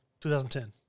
2010